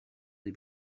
des